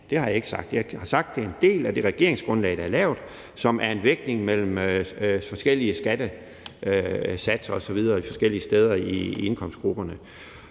Det har jeg ikke sagt. Jeg har sagt, det er en del af det regeringsgrundlag, der er lavet, som er en vægtning mellem forskellige skattesatser osv. forskellige steder i indkomstgrupperne.